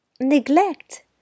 Neglect